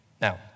Now